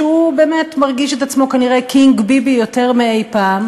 שבאמת מרגיש את עצמו כנראה קינג ביבי יותר מאי-פעם,